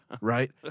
right